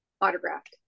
autographed